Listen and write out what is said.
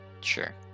Sure